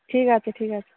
ঠিক আছে ঠিক আছে